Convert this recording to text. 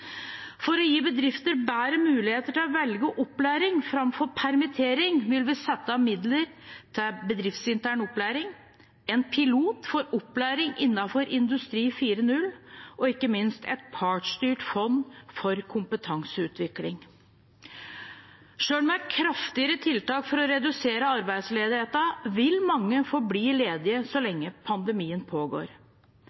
For å gi bedrifter bedre muligheter til å velge opplæring framfor permittering vil vi sette av midler til bedriftsintern opplæring, en pilot for opplæring innenfor industri 4.0 og ikke minst et partsstyrt fond for kompetanseutvikling. Selv med kraftigere tiltak for å redusere arbeidsledigheten vil mange forbli ledige så